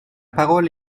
parole